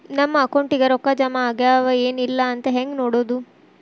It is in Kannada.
ನಮ್ಮ ಅಕೌಂಟಿಗೆ ರೊಕ್ಕ ಜಮಾ ಆಗ್ಯಾವ ಏನ್ ಇಲ್ಲ ಅಂತ ಹೆಂಗ್ ನೋಡೋದು?